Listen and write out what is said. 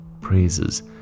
praises